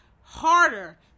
harder